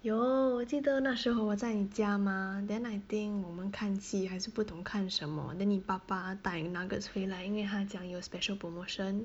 有我记得那时候我在你家 mah then I think 我们看戏还是不懂看什么 then 你爸爸带 nuggets 回来因为他讲有 special promotion